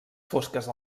fosques